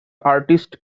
artist